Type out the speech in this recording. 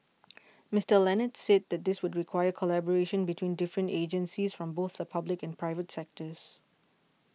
Mister Leonard said that this would require collaboration between different agencies from both the public and private sectors